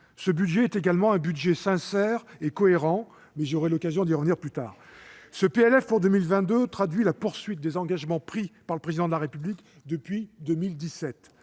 ce budget est également un budget sincère et cohérent, mais j'aurai l'occasion d'y revenir. Le PLF pour 2022 traduit la poursuite de la mise en oeuvre des engagements pris par le Président de la République depuis 2017